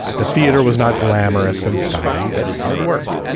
the theater was not glamorous and starry, but hard work,